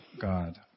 God